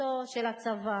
בבסיסו של הצבא.